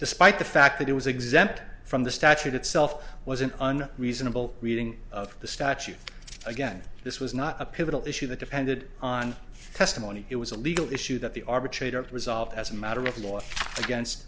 despite the fact that it was exempt from the statute itself wasn't on reasonable reading of the statute again this was not a pivotal issue that depended on testimony it was a legal issue that the arbitrator resolved as a matter of law against